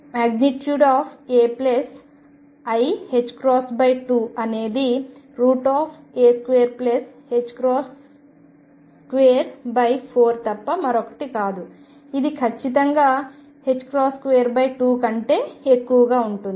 ai2 అనేదిa224 తప్ప మరొకటి కాదు ఇది ఖచ్చితంగా 2 కంటే ఎక్కువగా ఉంటుంది